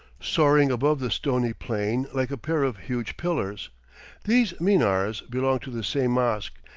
soaring above the stony plain like a pair of huge pillars these minars belong to the same mosque,